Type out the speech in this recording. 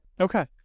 Okay